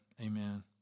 amen